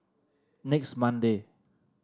next Monday